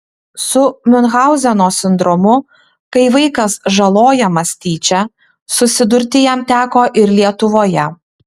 su miunchauzeno sindromu kai vaikas žalojamas tyčia susidurti jam teko ir lietuvoje